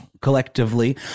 Collectively